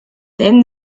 then